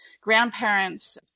grandparents